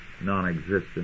non-existent